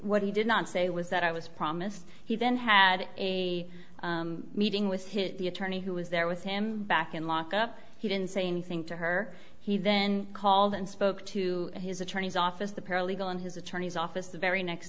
what he did not say was that i was promised he then had the meeting with his the attorney who was there with him back in lockup he didn't say anything to her he then called and spoke to his attorney's office the paralegal in his attorney's office the very next